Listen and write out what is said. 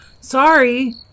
sorry